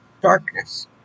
darkness